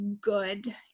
good